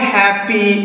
happy